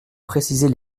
préciser